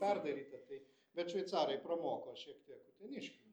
perdaryta tai bet šveicarai pramoko šiek tiek uteniškių